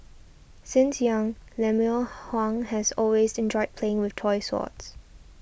since young Lemuel Huang has always enjoyed playing with toy swords